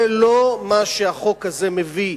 זה לא מה שהחוק הזה מביא.